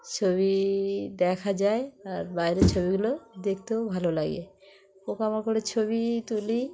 ছবি দেখা যায় আর বাইরের ছবিগুলো দেখতেও ভালো লাগে পোকামাকড়ের ছবি তুলি